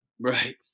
right